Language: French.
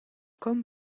comme